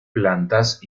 plantas